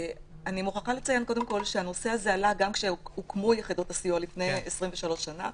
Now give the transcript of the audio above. אני מוכרחה לציין שהנושא הזה עלה גם כשהוקמו יחידות הסיוע לפני 23 שנה.